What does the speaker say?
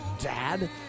dad